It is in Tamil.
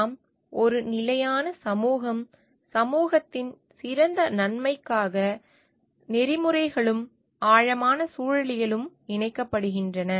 நாம் ஒரு நிலையான சமூகம் சமூகத்தின் சிறந்த நன்மைக்காக நிலையான சமூகங்கள் பற்றி பேசும்போது பொறியியல் நெறிமுறைகளும் ஆழமான சூழலியலும் இணைக்கப்படுகின்றன